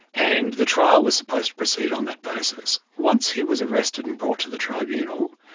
and the trial was supposed to proceed on that basis. once he was arrested and brought to the tribunal,